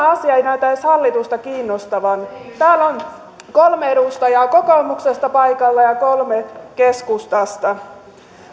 asia ei näytä edes hallitusta kiinnostavan täällä on kolme edustajaa kokoomuksesta paikalla ja kolme keskustasta